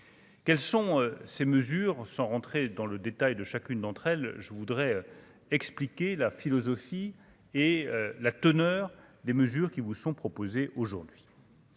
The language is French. quelles sont ces mesures sans rentrer dans le détail de chacune d'entre elles, je voudrais expliquer la philosophie et la teneur des mesures qui vous sont proposés aujourd'hui.